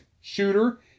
Shooter